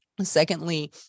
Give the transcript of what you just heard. Secondly